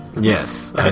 yes